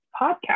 podcast